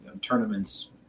tournaments